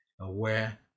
aware